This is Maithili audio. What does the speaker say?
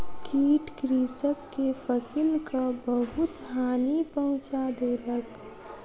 कीट कृषक के फसिलक बहुत हानि पहुँचा देलक